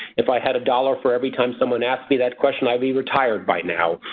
if i had a dollar for every time someone asks me that question i'd be retired by now.